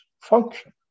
function